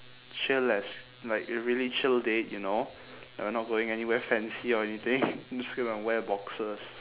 chill as like a really chill date you know and we're not going anywhere fancy or anything I'm just gonna wear boxers